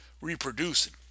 reproducing